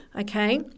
okay